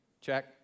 check